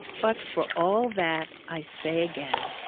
but for all that, i say again,